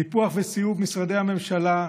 ניפוח וסיאוב משרדי הממשלה,